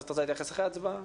את רוצה להתייחס אחרי ההצבעה?